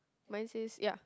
mine says ya